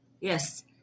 Yes